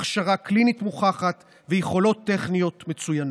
הכשרה קלינית מוכחת ויכולות טכניות מצוינות.